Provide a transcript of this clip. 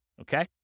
Okay